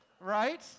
right